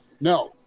No